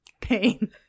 pain